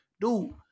dude